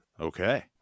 Okay